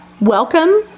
Welcome